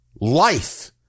life